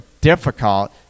difficult